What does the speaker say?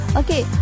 okay